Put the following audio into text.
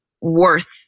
worth